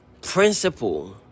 principle